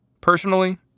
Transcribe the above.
personally